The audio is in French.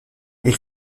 elle